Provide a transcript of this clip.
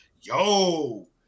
Yo